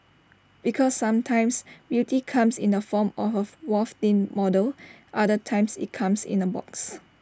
because sometimes beauty comes in the form of A waif thin model other times IT comes in A box